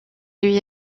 lui